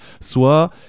Soit